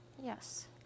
yes